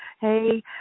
Hey